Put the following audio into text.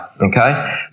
okay